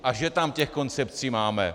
A že tam těch koncepcí máme!